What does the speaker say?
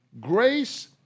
Grace